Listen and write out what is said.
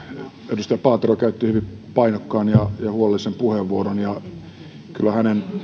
edustaja paatero käytti hyvin painokkaan ja huolellisen puheenvuoron ja kyllä hänen